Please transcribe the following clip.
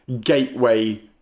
gateway